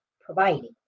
providing